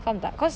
faham tak cause